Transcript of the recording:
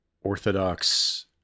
Orthodox